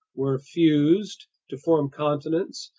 were fused to form continents,